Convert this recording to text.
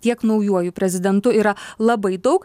tiek naujuoju prezidentu yra labai daug